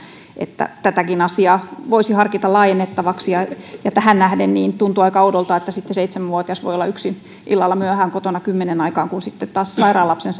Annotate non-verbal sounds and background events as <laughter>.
tätäkin asiaa voisi harkita laajennettavaksi ja tähän nähden tuntuu aika oudolta että sitten seitsemänvuotias voi olla yksin illalla myöhään kotona kymmenen aikaan kun sitten taas sairaan lapsen <unintelligible>